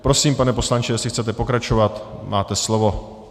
Prosím, pane poslanče, jestli chcete pokračovat, máte slovo.